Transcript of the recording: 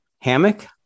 hammock